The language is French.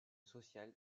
social